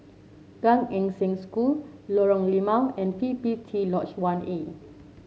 Gan Eng Seng School Lorong Limau and P P T Lodge One A